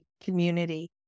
community